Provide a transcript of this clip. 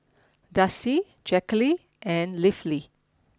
Darci Jacqulyn and Leafy